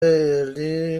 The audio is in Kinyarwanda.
elie